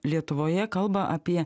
lietuvoje kalba apie